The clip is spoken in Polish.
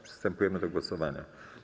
Przystępujemy do głosowania.